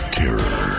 terror